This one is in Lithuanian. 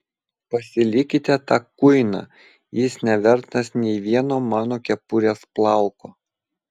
pasilikite tą kuiną jis nevertas nė vieno mano kepurės plauko